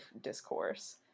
discourse